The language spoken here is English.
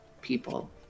people